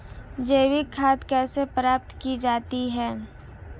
जैविक खाद कैसे प्राप्त की जाती है?